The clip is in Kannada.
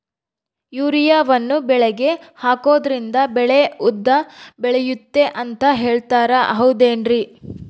ಯೂರಿಯಾವನ್ನು ಬೆಳೆಗೆ ಹಾಕೋದ್ರಿಂದ ಬೆಳೆ ಉದ್ದ ಬೆಳೆಯುತ್ತೆ ಅಂತ ಹೇಳ್ತಾರ ಹೌದೇನ್ರಿ?